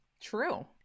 True